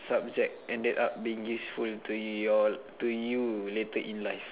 subject ended up being useful to y'all to you later in life